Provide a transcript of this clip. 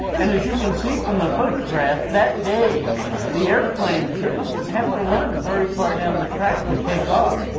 and as you can see from the photograph, that day the airplane didn't have to run very far down the track to take off.